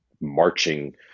marching